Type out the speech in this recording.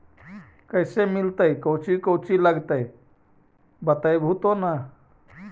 कैसे मिलतय कौची कौची लगतय बतैबहू तो न?